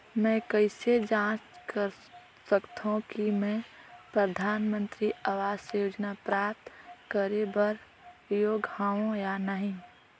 मैं कइसे जांच सकथव कि मैं परधानमंतरी आवास योजना प्राप्त करे बर योग्य हववं या नहीं?